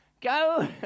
Go